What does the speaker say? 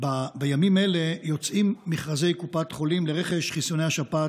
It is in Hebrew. בימים אלו משרד הבריאות בוחן את סוגיית המקור התקציבי למימון חיסון זה.